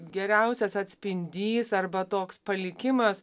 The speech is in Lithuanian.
geriausias atspindys arba toks palikimas